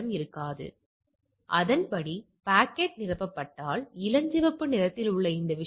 ஒருமுனை 95 இந்த இடம் இந்த இந்த நெடுவரிசை